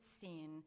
seen